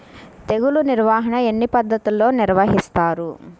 తెగులు నిర్వాహణ ఎన్ని పద్ధతులలో నిర్వహిస్తారు?